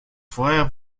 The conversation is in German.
vorher